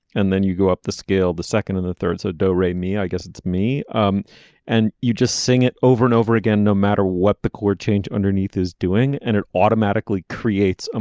and then you go up the scale the second and the third so don't pay me i guess it's me um and you just sing it over and over again no matter what the chord change underneath is doing and it automatically creates. ah